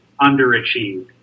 underachieved